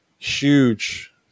huge